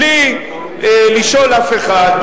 בלי לשאול אף אחד,